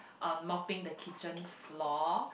um mopping the kitchen floor